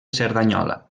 cerdanyola